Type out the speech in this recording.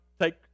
take